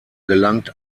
gelangt